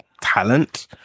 talent